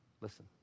listen